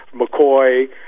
McCoy